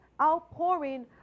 outpouring